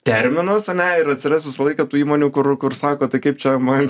terminas ane ir atsiras visą laiką tų įmonių kur kur sako tai kaip čia man